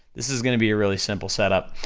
this is gonna be a really simple setup,